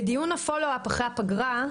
בדיון ה-follow up אחרי הפגרה,